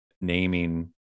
naming